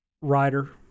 writer